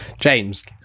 James